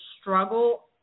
struggle